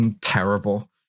Terrible